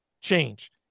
change